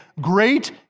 great